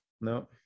no